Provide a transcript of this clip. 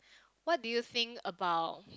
what do you think about